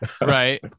Right